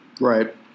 Right